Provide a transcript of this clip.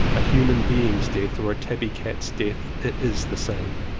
a human being's death or a tabby cat's death, it is the same.